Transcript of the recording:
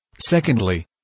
Secondly